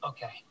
Okay